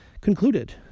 concluded